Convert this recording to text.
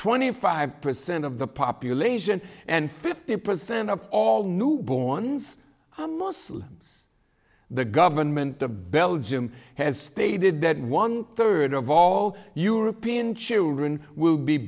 twenty five percent of the population and fifty percent of all newborns muslims the government of belgium has stated that one third of all european children will be